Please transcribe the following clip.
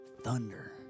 thunder